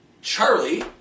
Charlie